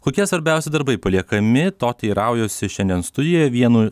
kokie svarbiausi darbai paliekami to teiraujuosi šiandien studijoje vienu